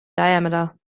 diameter